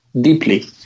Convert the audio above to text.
deeply